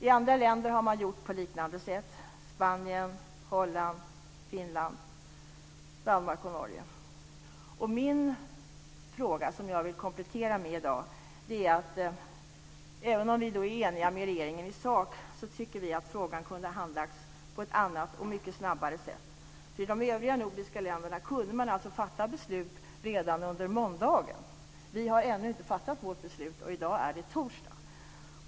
I andra länder har man gjort på liknande sätt - Spanien, Holland, Finland, Danmark och Norge. Den fråga jag vill komplettera med i dag gäller följande: Även om vi är eniga med regeringen i sak tycker vi att frågan hade kunnat handläggas på ett annat och mycket snabbare sätt. I de övriga nordiska länderna kunde beslut fattas redan under måndagen. Riksdagen har ännu inte fattat beslut, och i dag är det torsdag.